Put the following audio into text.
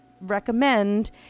recommend